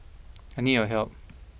I need your help